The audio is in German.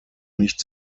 nicht